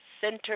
center